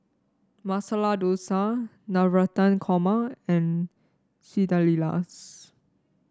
Masala Dosa Navratan Korma and Quesadillas